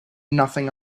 nothing